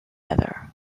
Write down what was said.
other